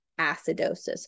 acidosis